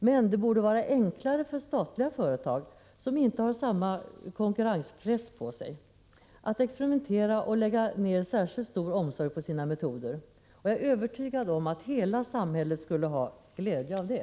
Men det borde vara enklare för statliga företag, som inte har samma konkurrenspress på sig, att experimentera och lägga ned särskilt stor omsorg på sina metoder. Jag är övertygad om att hela samhället skulle få glädje av det.